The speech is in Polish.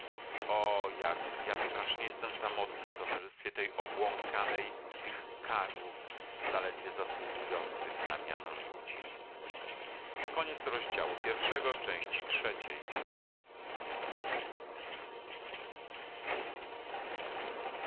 ja strasznie jestem samotny w towarzystwie tej obłąkanej i tych karłów zaledwie zasługujących na miano ludzi